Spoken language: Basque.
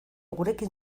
gurekin